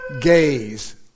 Gaze